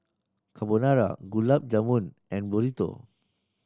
Carbonara Gulab Jamun and Burrito